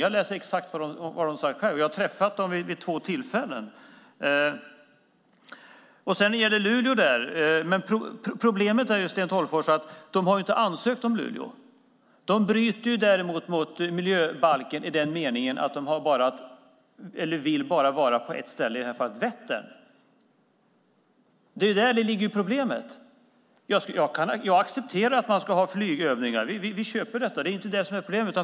Jag läser exakt vad Försvarsmakten själva säger, och jag har träffat dem vid två tillfällen När det gäller Luleå är problemet att de inte har ansökt om Luleå, Sten Tolgfors. De bryter därmed mot miljöbalken i den meningen att de bara vill vara på ett ställe, i det här fallet vid Vättern. Det är däri problemet ligger. Jag accepterar att man ska ha flygövningar. Vi köper detta; det är inte det som är problemet.